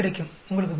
உங்களுக்கு புரிகிறதா